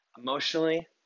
emotionally